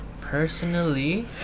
Personally